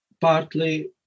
partly